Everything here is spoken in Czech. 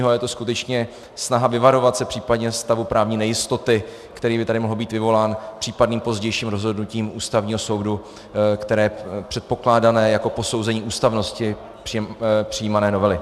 Je to skutečně snaha vyvarovat se případně stavu právní nejistoty, který by tady mohl být vyvolán případným pozdějším rozhodnutím Ústavního soudu, které je předpokládané jako posouzení ústavnosti přijímané novely.